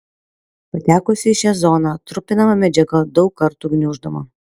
patekusi į šią zoną trupinama medžiaga daug kartų gniuždoma